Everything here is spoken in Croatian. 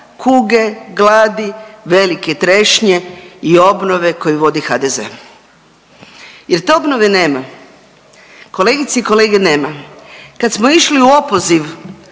kuge, gladi, velike trešnje i obnove koju vodi HDZ jer te obnove nema. Kolegice i kolege nema. Kad smo išli u opoziv